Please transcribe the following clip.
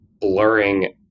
blurring